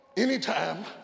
Anytime